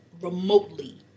remotely